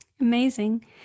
Amazing